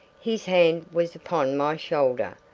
his hand was upon my shoulder.